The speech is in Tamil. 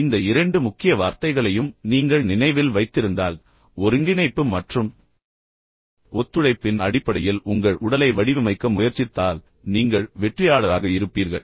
எனவே இந்த இரண்டு முக்கிய வார்த்தைகளையும் நீங்கள் நினைவில் வைத்திருந்தால் ஒருங்கிணைப்பு மற்றும் ஒத்துழைப்பின் அடிப்படையில் உங்கள் உடலை வடிவமைக்க முயற்சித்தால் நீங்கள் வெற்றியாளராக இருப்பீர்கள்